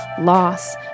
Loss